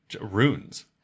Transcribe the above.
runes